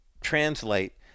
translate